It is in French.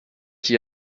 qui